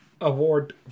award